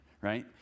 right